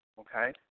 okay